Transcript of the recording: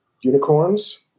unicorns